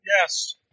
Yes